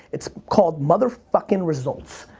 it's called mother fucking results.